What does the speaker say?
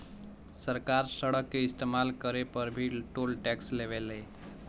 सरकार सड़क के इस्तमाल करे पर भी टोल टैक्स लेवे ले